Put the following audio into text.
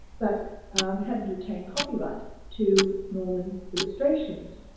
but hadn't retained copyright to norman's illustrations.